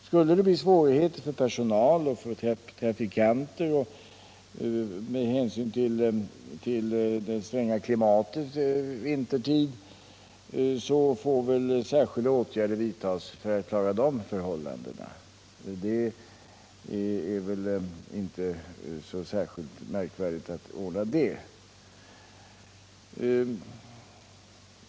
Skulle det bli svårigheter för personal och för trafikanter med hänsyn till det stränga klimatet vintertid får särskilda åtgärder vidtas för att klara de förhållandena. Det är inte särskilt märkvärdigt att ordna.